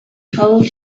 told